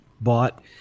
bought